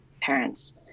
parents